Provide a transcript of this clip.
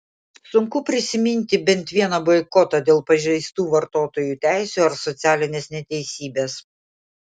sunku prisiminti bent vieną boikotą dėl pažeistų vartotojų teisių ar socialinės neteisybės